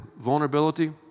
vulnerability